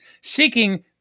seeking